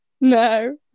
No